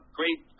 great